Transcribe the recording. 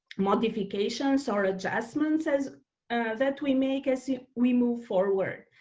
modifications or adjustments as that we make as we move forward?